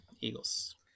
Eagles